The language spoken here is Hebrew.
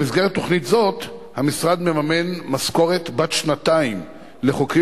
במסגרת תוכנית זו המשרד מממן משכורת בת שנתיים לחוקרים